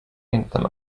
anthem